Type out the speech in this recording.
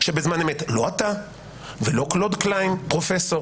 שבזמן אמת לא אתה ולא קלוד קליין פרופסור